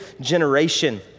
generation